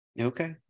Okay